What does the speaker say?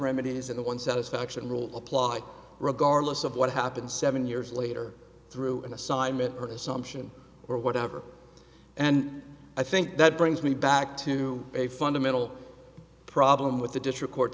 remedies in the one satisfaction rule apply regardless of what happened seven years later through an assignment or assumption or whatever and i think that brings me back to a fundamental problem with the district courts